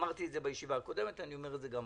אמרתי בישיבה הקודמת ואני אומר גם עכשיו,